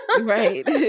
Right